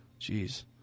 Jeez